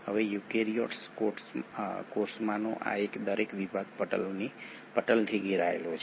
હવે યુકેરીયોટિક કોષમાંનો આ દરેક વિભાગ પટલથી ઘેરાયેલો છે